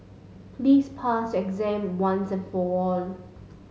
please pass your exam once and for all